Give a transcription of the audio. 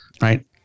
Right